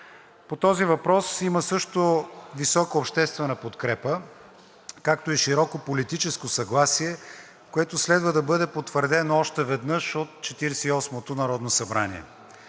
По този въпрос има също висока обществена подкрепа, както и широко политическо съгласие, което следва да бъде потвърдено още веднъж от Четиридесет